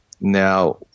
Now